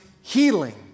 healing